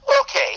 okay